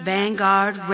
Vanguard